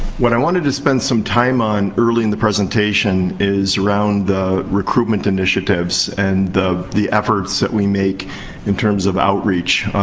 what i wanted to spend some time on early in the presentation is around the recruitment initiatives and the the efforts that we make in terms of outreach.